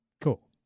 cool